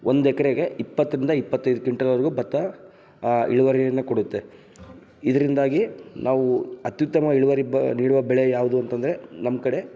ಒಂದು ಎಕ್ರೆಗೆ ಇಪ್ಪತ್ತರಿಂದ ಇಪ್ಪತ್ತೈದು ಕಿಂಟಲ್ವರೆಗೂ ಭತ್ತ ಇಳುವರಿಯನ್ನು ಕೊಡುತ್ತೆ ಇದರಿಂದಾಗಿ ನಾವು ಅತ್ಯುತ್ತಮ ಇಳುವರಿ ಬ ನೀಡುವ ಬೆಳೆ ಯಾವುದು ಅಂತಂದರೆ ನಮ್ಮ ಕಡೆ